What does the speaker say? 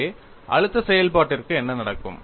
எனவே அழுத்த செயல்பாட்டிற்கு என்ன நடக்கும்